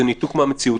זה ניתוק מהמציאות,